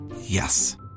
Yes